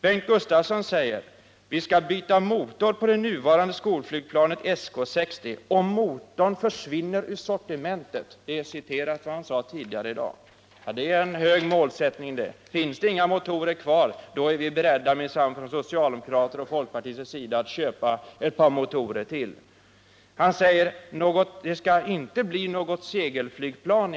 Bengt Gustavsson sade här tidigare i dag: Vi skall byta motor på det nuvarande skolflygplanet SK 60, om motorn försvinner ur sortimentet. Det är en hög målsättning det! Finns det inga motorer kvar, då är man minsann från socialdemokraternas och folkpartiets sida beredd att köpa ett par motorer till! Bengt Gustavsson sade vidare att det i alla fall inte blir något segelflygplan.